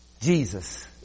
Jesus